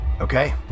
Okay